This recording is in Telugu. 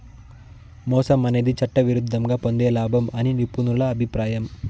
మోసం అనేది చట్టవిరుద్ధంగా పొందే లాభం అని నిపుణుల అభిప్రాయం